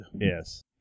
Yes